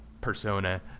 persona